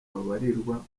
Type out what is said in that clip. babarirwa